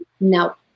No